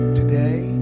today